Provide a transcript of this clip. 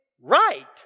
right